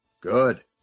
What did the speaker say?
Good